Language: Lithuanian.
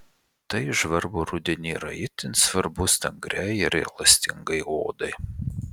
tai žvarbų rudenį yra itin svarbus stangriai ir elastingai odai